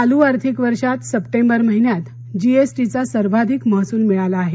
चालू आर्थिक वर्षात सप्टेंबर महिन्यात जीएसटीचा सर्वाधिक महसूल मिळाला आहे